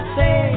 say